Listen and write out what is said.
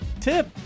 tip